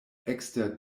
ekster